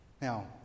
Now